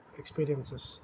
experiences